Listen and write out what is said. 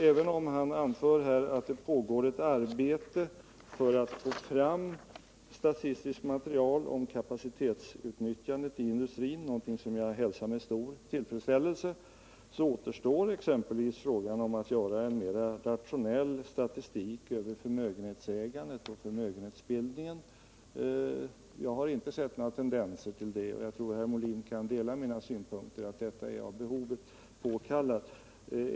Även om han anför att det pågår ett arbete för att få fram statistiskt material om kapacitetsutnyttjandet i industrin — något som jag hälsar med stor tillfredsställelse — återstår exempelvis frågan om att göra en mer rationell statistik över förmögenhetsägandet och förmögenhetsbildningen. Jag har inte sett några tendenser till att en sådan kommer att göras, men jag tror att herr Molin kan dela min uppfattning att detta är av behovet påkallat.